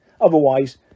Otherwise